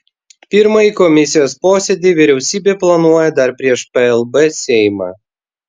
pirmąjį komisijos posėdį vyriausybė planuoja dar prieš plb seimą